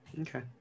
okay